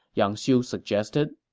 yang xiu suggested